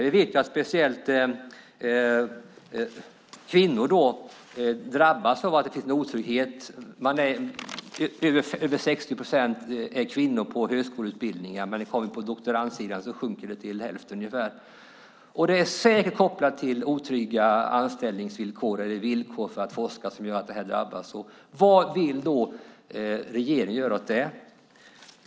Vi vet att speciellt kvinnor drabbas av att det finns en otrygghet. Över 60 procent av studenterna på högskoleutbildningarna är kvinnor, men bland doktoranderna är det ungefär hälften. Det är säkert kopplat till otrygga anställningsvillkor och andra villkor för att forska. Vad vill regeringen göra åt det?